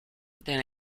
then